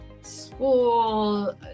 school